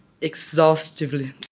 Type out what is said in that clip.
exhaustively